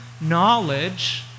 knowledge